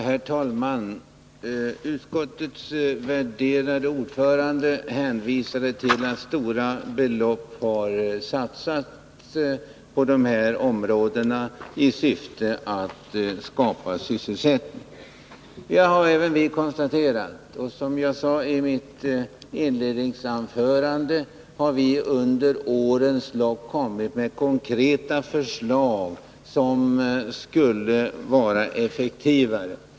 Herr talman! Utskottets värderade ordförande hänvisade till att stora belopp har satsats på de här områdena i syfte att skapa sysselsättning. Det har även vi konstaterat, och som jag sade i mitt inledningsanförande har vi under årens lopp kommit med konkreta förslag som skulle ha varit effektivare.